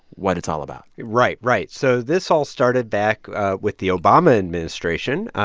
what it's all about? right, right. so this all started back with the obama administration.